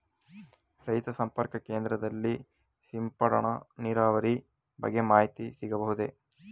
ರೈತ ಸಂಪರ್ಕ ಕೇಂದ್ರದಲ್ಲಿ ಸಿಂಪಡಣಾ ನೀರಾವರಿಯ ಬಗ್ಗೆ ಮಾಹಿತಿ ಸಿಗಬಹುದೇ?